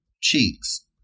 cheeks